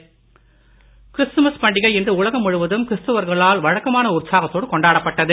Christmas Christmas பண்டிகை இன்று உலகம் முழுவதும் கிறிஸ்துவர்களால் வழக்கமான உற்சாகத்தோடு கொண்டாடப்பட்டது